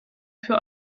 für